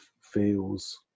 feels